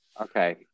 Okay